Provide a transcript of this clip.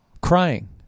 crying